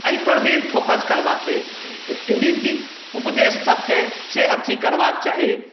एहिपर main focus करबाक चाही नीति उपदेश सभके से अथी करबाक चाही